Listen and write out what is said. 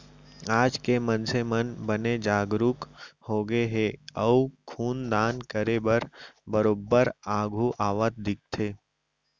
आज के मनसे मन बने जागरूक होगे हे अउ खून दान करे बर बरोबर आघू आवत दिखथे